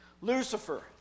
Lucifer